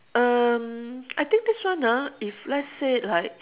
um I think this one ah if let's say like